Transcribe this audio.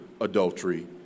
adultery